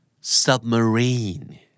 Submarine